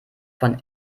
von